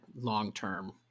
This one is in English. long-term